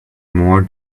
more